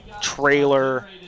trailer